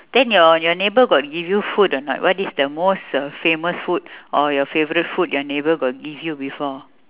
then your your neighbour got give you food or not what is the most uh famous food or your favourite food your neighbour got give you before